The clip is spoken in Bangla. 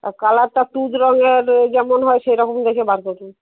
আর কালারটা তুঁতে রঙের যেমন হয় সেরকম দেখে বার করুন